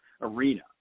arena